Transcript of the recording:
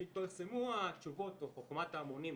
כשהתפרסמו התשובות או חוכמת ההמונים,